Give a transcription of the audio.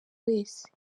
wese